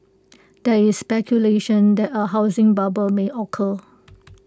there is speculation that A housing bubble may occur